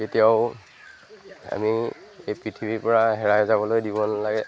কেতিয়াও আমি এই পৃথিৱীৰপৰা হেৰাই যাবলৈ দিব নালাগে